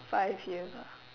five years ah